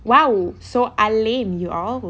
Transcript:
!wow! so alim